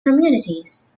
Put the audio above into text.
communities